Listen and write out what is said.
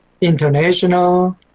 international